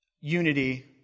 unity